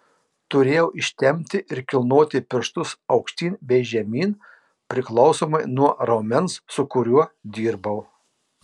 turėjau ištempti ir kilnoti pirštus aukštyn bei žemyn priklausomai nuo raumens su kuriuo dirbau